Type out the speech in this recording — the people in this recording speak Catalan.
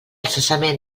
cessament